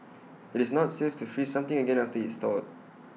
IT is not safe to freeze something again after IT has thawed